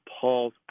Paul's